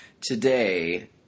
today